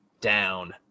down